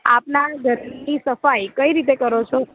આપનાં ઘરની સફાઈ કઈ રીતે કરો છો